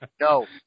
No